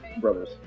Brothers